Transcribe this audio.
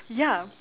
ya